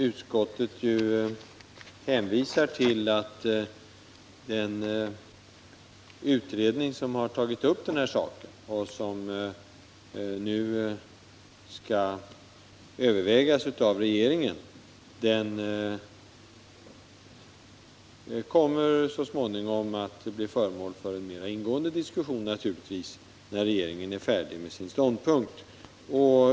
Utskottet hänvisar ju till att den utredning som har tagit upp det här problemet och vars förslag nu skall övervägas av regeringen kommer att bli föremål för en mera ingående diskussion när regeringen är färdig med sin ståndpunkt.